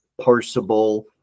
parsable